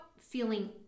feeling